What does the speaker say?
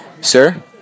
Sir